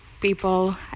people